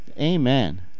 Amen